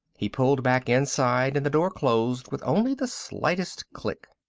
he pulled back inside and the door closed with only the slightest click.